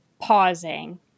pausing